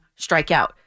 strikeout